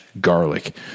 garlic